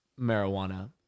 marijuana